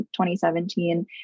2017